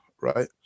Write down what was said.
right